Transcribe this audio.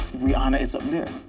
rihanna is up there.